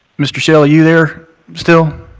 mr. shelley, are you there, still?